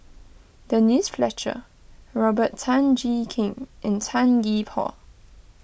Denise Fletcher Robert Tan Jee Keng and Tan Gee Paw